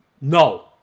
No